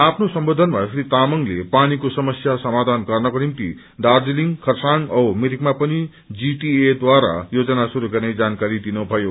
आफ्नो सम्बोधनामा श्री तामंगले पानीको समस्या समाधान गर्नको निम्ति दार्जीलिङ खरसाङ औ मिरिकमा पनि जीटिए द्वारा योजनाश्रुस गर्ने जानकारी दिनुथयो